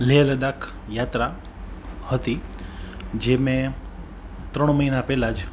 લેહ લદાખ યાત્રા હતી જે મેં ત્રણ મહિના પહેલાં જ